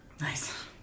Nice